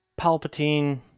Palpatine